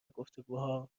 گفتگوها